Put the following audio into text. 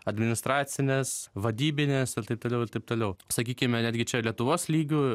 administracinės vadybinės ir taip toliau ir taip toliau sakykime netgi čia lietuvos lygiu